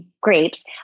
grapes